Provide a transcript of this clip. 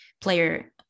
player